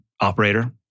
operator